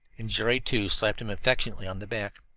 and jerry, too, slapped him affectionately on the back.